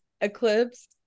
eclipse